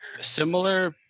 Similar